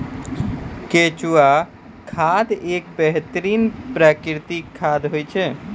केंचुआ खाद एक बेहतरीन प्राकृतिक खाद होय छै